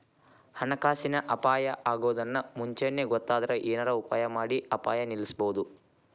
ಹಣಕಾಸಿನ್ ಅಪಾಯಾ ಅಗೊದನ್ನ ಮುಂಚೇನ ಗೊತ್ತಾದ್ರ ಏನರ ಉಪಾಯಮಾಡಿ ಅಪಾಯ ನಿಲ್ಲಸ್ಬೊದು